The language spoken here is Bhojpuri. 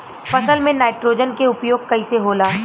फसल में नाइट्रोजन के उपयोग कइसे होला?